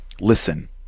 listen